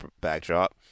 backdrop